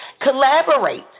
collaborate